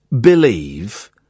believe